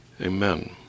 Amen